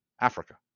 Africa